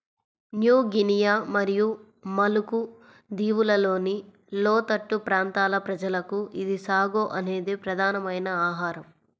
new Guinea మరియు Maluku దీవులలోని లోతట్టు ప్రాంతాల ప్రజలకు ఇది సాగో అనేది ప్రధానమైన ఆహారం